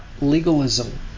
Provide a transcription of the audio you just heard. legalism